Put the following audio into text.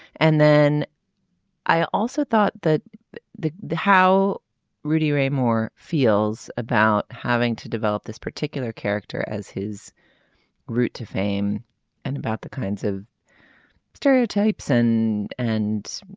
and then i also thought that the the how rudy ray moore feels about having to develop this particular character as his route to fame and about the kinds of stereotypes and and